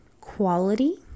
quality